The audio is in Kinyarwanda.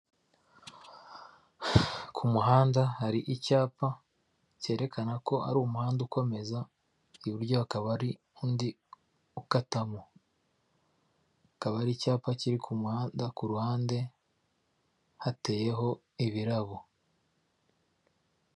Ku muhanda hari icyapa cyerekana ko ari umuhanda ukomeza, iburyo hakaba ari undi ukatamo, akaba ari icyapa kiri ku muhanda ku ruhande hateyeho ibirabo.